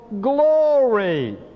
glory